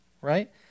right